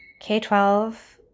K-12